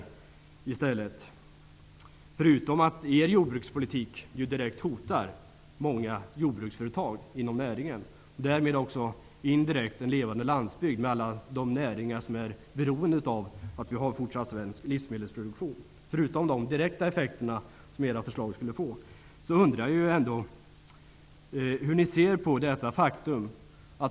Er jordbrukspolitik hotar många jordbruksföretag inom näringen, förutom de direkta effekter som era förslag skulle få. Därmed hotas också indirekt en levande landsbygd och alla de näringar som är beroende av en fortsatt svensk livsmedelsproduktion. Hur ser ni på detta faktum?